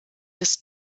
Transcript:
des